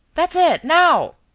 that's it! now!